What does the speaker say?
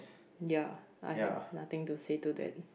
ya I have nothing to say to that